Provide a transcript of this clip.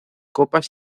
copas